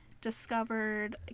discovered